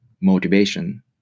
motivation